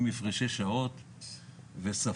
עם הפרשי שעות ושפות,